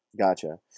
Gotcha